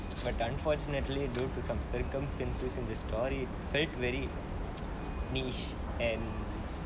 but unfortunately due to some circumstances in this story felt very niche and